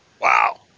Wow